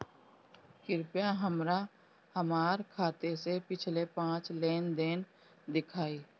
कृपया हमरा हमार खाते से पिछले पांच लेन देन दिखाइ